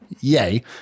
Yay